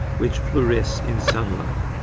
which fluoresce in sunlight.